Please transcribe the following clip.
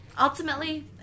ultimately